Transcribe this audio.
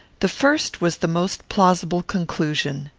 the first was the most plausible conclusion.